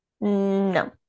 no